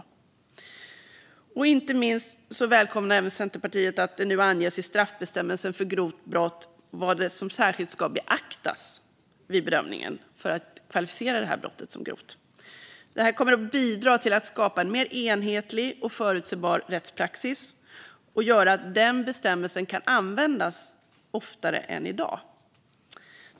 Skärpta straff för knivbrott Inte minst välkomnar Centerpartiet att det nu anges i straffbestämmelsen för grovt brott vad som särskilt ska beaktas vid bedömningen för att brottet ska kvalificeras som grovt. Det kommer att bidra till att skapa en mer enhetlig och förutsägbar rättspraxis och göra att den bestämmelsen kan användas oftare än i dag.